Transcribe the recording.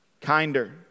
kinder